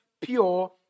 pure